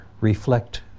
reflect